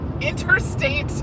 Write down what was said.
interstate